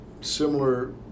similar